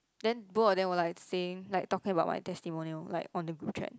then both of them were like saying like talking about my testimonial like on the group chat